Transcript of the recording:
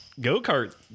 go-kart